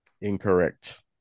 Incorrect